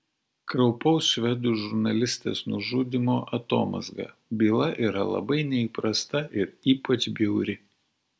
kraupaus švedų žurnalistės nužudymo atomazga byla yra labai neįprasta ir ypač bjauri